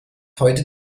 heute